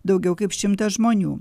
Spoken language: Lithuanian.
daugiau kaip šimtą žmonių